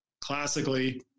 classically